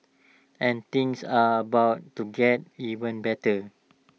and things are about to get even better